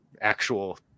actual